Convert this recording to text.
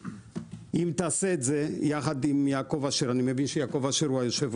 תוכל לעשות זאת עם יעקב אשר, הוא היושב-ראש.